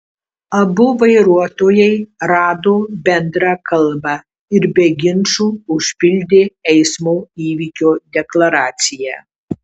abu vairuotojai rado bendrą kalbą ir be ginčų užpildė eismo įvykio deklaraciją